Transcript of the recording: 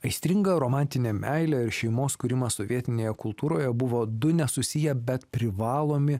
aistringa romantinė meilė ir šeimos kūrimas sovietinėje kultūroje buvo du nesusiję bet privalomi